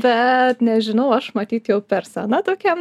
bet nežinau aš matyt jau per sena tokiem